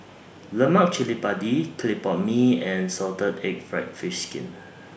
Lemak Cili Padi Clay Pot Mee and Salted Egg Fried Fish Skin